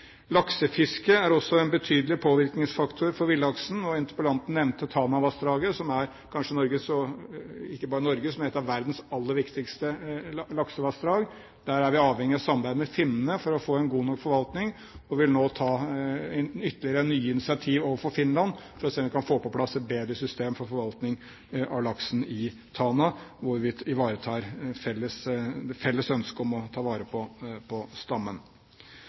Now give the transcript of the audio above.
Laksefisket er også en betydelig påvirkningsfaktor for villaksen. Interpellanten nevnte Tanavassdraget, som er ikke bare Norges, men et av verdens aller viktigste laksevassdrag. Der er vi avhengig av samarbeid med finnene for å få til en god nok forvaltning, og vi vil nå ta ytterligere initiativ overfor Finland for å se om vi kan få på plass et bedre system for forvaltning av laksen i Tana, hvor vi har et felles ønske om å ta vare på stammen.